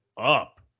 up